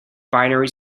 binary